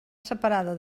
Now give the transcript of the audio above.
separada